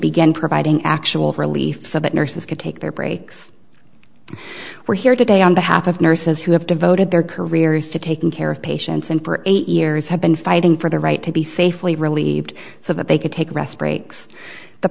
begin providing actual for relief so that nurses could take their breaks we're here today on behalf of nurses who have devoted their careers to taking care of patients and for eight years have been fighting for the right to be safely relieved so that they can take rest breaks the